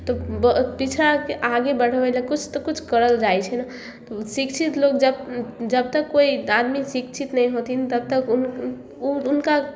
तऽ पिछड़ाके आगे बढ़बै लए किछु तऽ किछु करल जाइ छै तऽ ओ शिक्षित लोक जब जबतक कोइ धार्मिक शिक्षित नहि होथिन तबतक ओ उनका